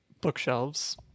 Bookshelves